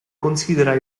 considera